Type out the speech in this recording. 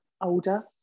older